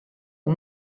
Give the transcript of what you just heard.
aux